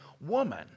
woman